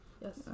Yes